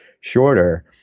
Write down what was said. shorter